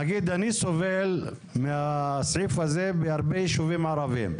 נניח אני סובל מהסעיף הזה בהרבה ישובים ערבים.